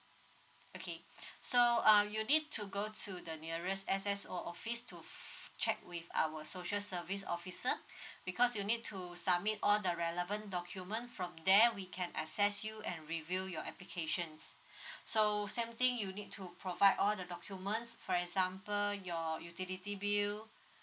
okay so um you need to go to the nearest S_S_O office to check with our social service officer because you need to submit all the relevant document from there we can access you an review your applications so same thing you need to provide all the documents for example your utility bill